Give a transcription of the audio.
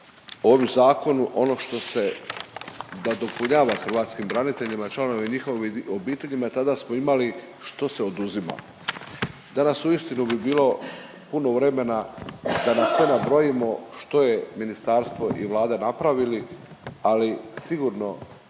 ovom zakonu ono što se nadopunjava hrvatskim braniteljima i članovima njihovih obiteljima tada smo imali što se oduzima. Danas uistinu bi bilo puno vremena da sve nabrojimo što je ministarstvo i Vlada napravili, ali sigurno